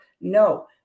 No